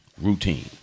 routine